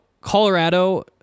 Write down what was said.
Colorado